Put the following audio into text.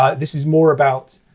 ah this is more about,